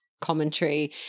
Commentary